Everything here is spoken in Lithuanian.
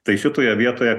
tai šitoje vietoje